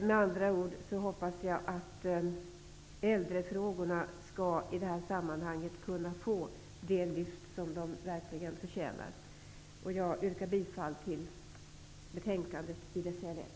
Med andra ord hoppas jag att äldrefrågorna i det här sammanhanget skall kunna få det lyft som de verkligen förtjänar. Jag yrkar bifall till hemställan i betänkandet i dess helhet.